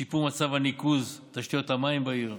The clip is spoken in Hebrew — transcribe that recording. שיקום מצב הניקוז ותשתיות המים בעיר.